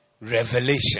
revelation